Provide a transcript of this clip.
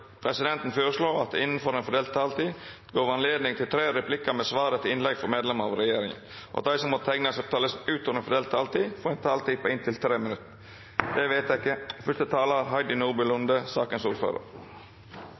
presidenten føreslå at det – innanfor den fordelte taletida – vert gjeve anledning til inntil fire replikkar med svar etter innlegg frå medlemer av regjeringa, og at dei som måtte teikna seg på talarlista utover den fordelte taletida, får ei taletid på inntil 3 minutt. – Det er vedteke.